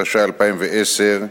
התשע"א 2010,